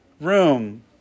room